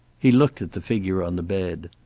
he looked at the figure on the bed.